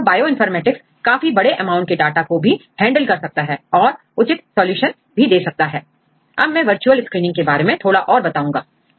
इस तरह बायोइनफॉर्मेटिक्स काफी बड़े अमाउंट के डाटा को भी हैंडल कर सकता है और उचित सलूशन भी दे सकता है अब मैं वर्चुअल स्क्रीनिंग के बारे में थोड़ा और बताऊंगा